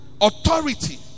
authority